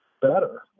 better